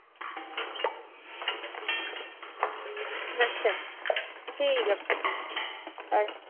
अच्छा ठीक ऐ